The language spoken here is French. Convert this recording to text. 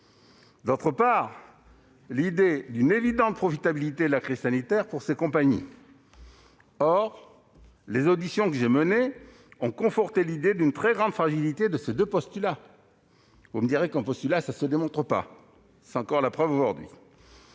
d'autre part, celle d'une évidente profitabilité de la crise sanitaire pour ces compagnies. Or les auditions que j'ai menées ont conforté l'idée d'une très grande fragilité de ces deux postulats- vous me direz qu'un postulat ne se démontre pas ; nous en avons ici